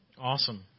Awesome